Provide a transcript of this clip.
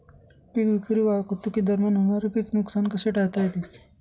पीक विक्री वाहतुकीदरम्यान होणारे पीक नुकसान कसे टाळता येईल?